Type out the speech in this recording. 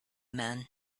men